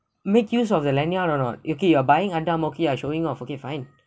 make use of the lanyard or not you keep okay you're buying under amour okay I'm showing off okay fine